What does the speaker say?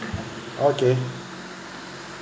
okay